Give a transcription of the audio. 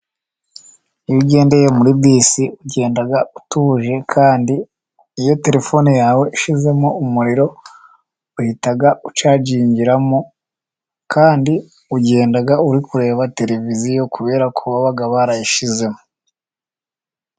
Iyo ugendeye muri bisi ugenda utuje, kandi iyo terefone yawe ishyizemo umuriro uhita ucagingamo, kandi ugenda uri kureba televiziyo kubera ko baba barayishyizemo.